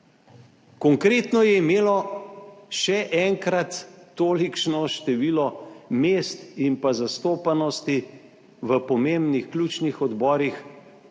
Konkretno je imela še enkrat tolikšno število mest in zastopanosti v pomembnih, ključnih odborih,